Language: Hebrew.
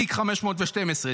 תיק 512,